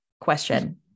question